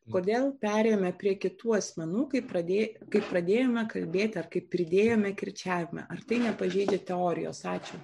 kodėl perėjome prie kitų asmenų kai pradėj kai pradėjome kalbėti ar kai pridėjome kirčiavimą ar tai nepažeidžia teorijos ačiū